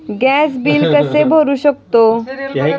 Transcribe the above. Gas bill कसे भरू शकतो?